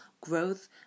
growth